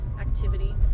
activity